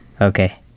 Okay